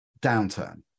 downturn